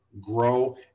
grow